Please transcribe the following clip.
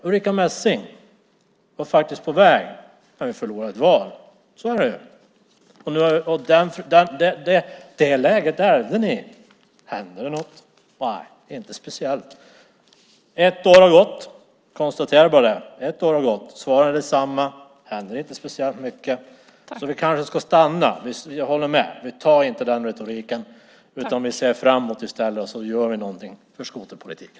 Ulrica Messing var faktiskt på väg när vi förlorade ett val. Det läget ärvde ni. Hände det något? Nej inte precis. Ett år har gått. Jag konstaterar bara det. Svaret är detsamma. Det händer inte speciellt mycket. Vi kanske ska stanna där. Jag håller med. Vi tar inte den retoriken. Vi ser framåt i stället och gör något för skoterpolitiken.